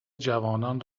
جوانان